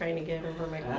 to get over my